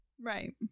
Right